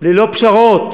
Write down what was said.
ללא פשרות,